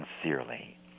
sincerely